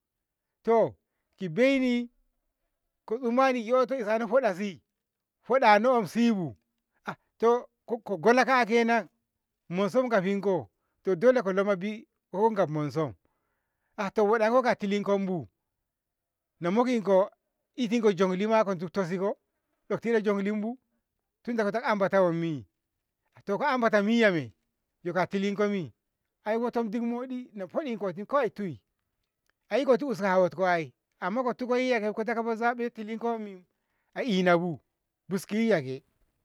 to baini ko tsamaniyyoto isano hoɗasi, hoɗanssibu to ko gola ka'a kenan monsum gafinko to dole ko loma bii kogaha monsum ah to hoɗanko ga tilinnkonbu na mokinko ititko joglima ko jiktosi ko ek tilo joklimbu tinda ko taɗa anbata wammi to ko ambata miya mi? yoka tilinkomi ai wotonkin moɗi en hoɗiko kawai tui a ikoti uska hawotko ai amma ko tikoyiya kaba kazabi bo tilitkomi a ianbu biski yiyake.